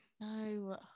No